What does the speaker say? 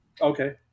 Okay